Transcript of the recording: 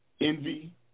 envy